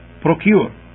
procure